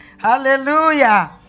Hallelujah